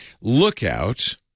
Lookout